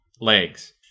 legs